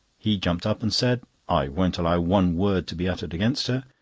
he jumped up and said i won't allow one word to be uttered against her.